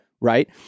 right